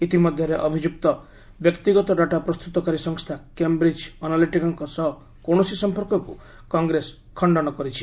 ଇତିମଧ୍ୟରେ ଅଭିଯୁକ୍ତ ବ୍ୟକ୍ତିଗତ ଡାଟା ପ୍ରସ୍ତୁତକାରୀ ସଂସ୍ଥା କେଣ୍ଡ୍ରିକ୍ ଅନାଲିଟିକାଙ୍କ ସହ କୌଣସି ସମ୍ପର୍କକୁ କଂଗ୍ରେସ ଖଣ୍ଡନ କରିଛି